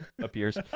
appears